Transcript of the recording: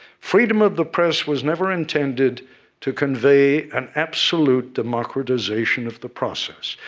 freedom of the press was never intended to convey an absolute democratization of the process.